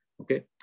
Okay